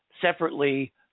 separately